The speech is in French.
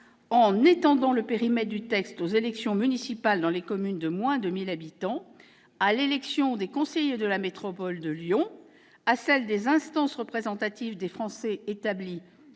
En étendant le périmètre du texte aux élections municipales dans les communes de moins de 1 000 habitants, à l'élection des conseillers de la métropole de Lyon, à celle des instances représentatives des Français établis